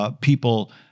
people